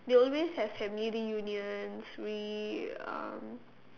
they always have family reunions we um